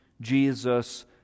Jesus